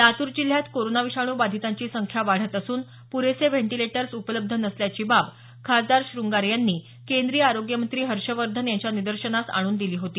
लातूर जिल्ह्यात कोरोना विषाणू बाधितांची संख्या वाढत असून पुरेसे व्हेंटिलेटर्स उपलब्ध नसल्याची बाब खासदार श्रंगारे यांनी केंद्रीय आरोग्य मंत्री हर्षवर्धन यांच्या निदर्शनास आणून दिली होती